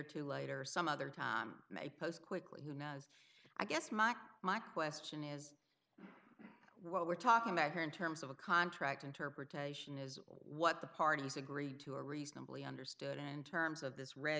two later some other time may post quickly who knows i guess my my question is what we're talking about here in terms of a contract interpretation is what the parties agreed to a reasonably understood in terms of this re